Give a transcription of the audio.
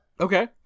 Okay